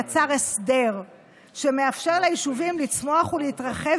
יצר הסדר שמאפשר ליישובים לצמוח ולהתרחב